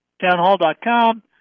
townhall.com